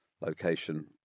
location